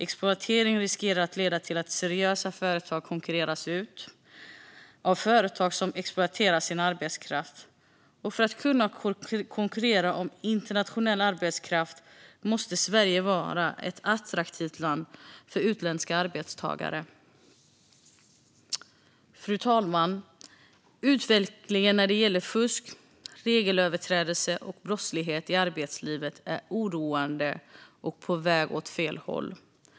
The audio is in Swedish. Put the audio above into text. Exploateringen riskerar att leda till att seriösa företag konkurreras ut av företag som exploaterar sin arbetskraft. Och för att kunna konkurrera om internationell arbetskraft måste Sverige vara ett attraktivt land för utländska arbetstagare. Fru talman! Utvecklingen när det gäller fusk, regelöverträdelser och brottslighet i arbetslivet är oroande och på väg åt fel håll.